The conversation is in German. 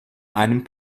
einem